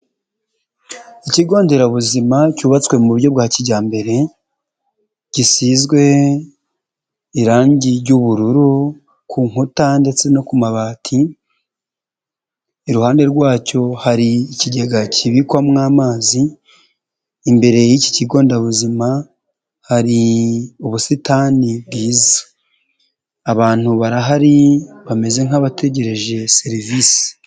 Ikigo nderabuzima cyubatswe mu buryo bwa kijyambere gisizwe irangi ry'ubururu ku nkuta ndetse no ku mabati, iruhande rwacyo hari ikigega kibikwamo amazi, imbere y'iki kigo nderabuzima hari ubusitani bwiza, abantu barahari bameze nk'abategereje serivisi.